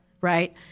Right